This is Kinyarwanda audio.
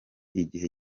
igihe